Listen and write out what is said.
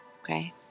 Okay